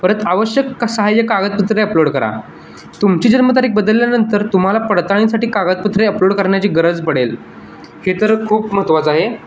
परत आवश्यक कसाह्य कागदपत्रे अपलोड करा तुमची जन्मतारीख बदलल्यानंतर तुम्हाला पडताळणीसाठी कागदपत्रे अपलोड करण्याची गरज पडेल हे तर खूप महत्त्वाचं आहे